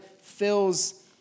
fills